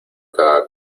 cada